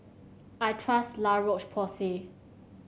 I trust La Roche Porsay